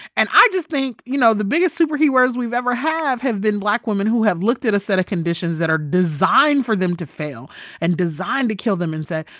and i just think, you know, the biggest superheroes we've ever have have been black women who have looked at a set of conditions that are designed for them to fail and designed to kill them and say,